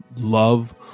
love